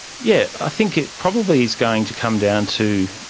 yeah i think it probably is going to come down to,